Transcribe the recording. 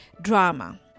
drama